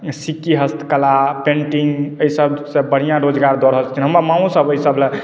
सिक्की हस्तकला पैंटिंग एहि सभसँ बढ़िआँ रोजगार दऽ रहल छथिन हमर माँओ सभ एहि सभ लेल